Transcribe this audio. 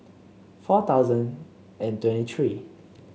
four thousand and twenty three